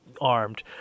armed